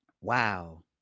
Wow